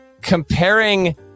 comparing